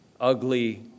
ugly